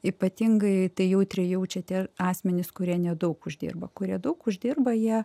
ypatingai tai jautriai jaučia tie asmenys kurie nedaug uždirba kurie daug uždirba jie